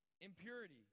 impurity